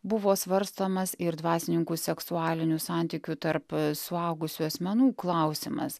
buvo svarstomas ir dvasininkų seksualinių santykių tarp suaugusių asmenų klausimas